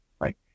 Right